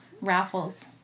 Raffles